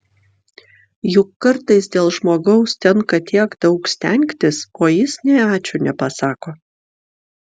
juk kartais dėl žmogaus tenka tiek daug stengtis o jis nė ačiū nepasako